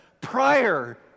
prior